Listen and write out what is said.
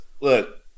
look